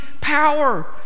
power